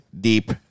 deep